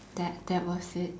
that that was it